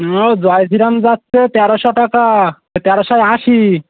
ও জয় শ্রীরাম যাচ্ছে তেরোশো টাকা তেরোশো আশি